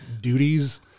duties